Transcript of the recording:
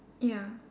ya